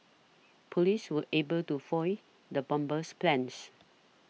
police were able to foil the bomber's plans